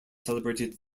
celebrated